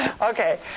Okay